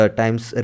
times